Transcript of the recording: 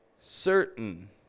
Certain